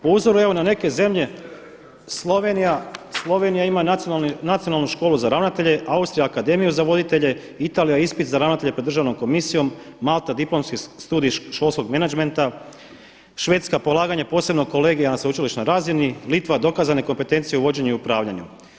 Po uzoru evo na neke zemlje Slovenija ima nacionalnu školu za ravnatelje, Austrija akademiju za voditelje, Italija ispit za ravnatelje pred državnom komisijom, Malta diplomski studij školskog menađmenta, Švedska polaganje posebnog kolegija na sveučilišnoj razini, Litva dokazane kompetencije u vođenju i upravljanju.